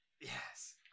yes